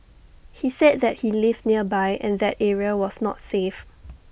he said that he lived nearby and that area was not safe